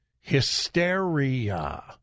hysteria